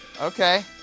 Okay